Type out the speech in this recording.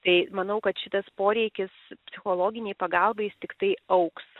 tai manau kad šitas poreikis psichologinei pagalbai jis tiktai augs